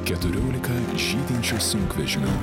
keturiolika žydinčių sunkvežimių